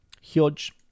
Huge